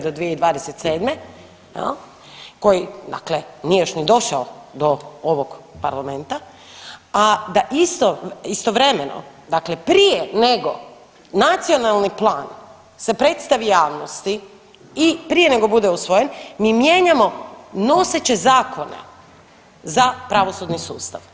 Do 2027. koji, dakle nije još ni došao do ovog Parlamenta, a da istovremeno, dakle prije nego nacionalni plan se predstavi javnosti i prije nego bude usvojen mi mijenjamo noseće zakone za pravosudni sustav.